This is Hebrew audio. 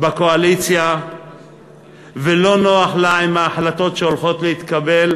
בקואליציה ולא נוח לה עם ההחלטות שהולכות להתקבל,